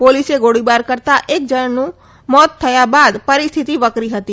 પોલીસે ગોળીબાર કરતાં એક જણનુ મોત થયા બાદ પરિસ્થિતિ વકરી હતી